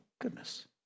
goodness